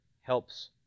helps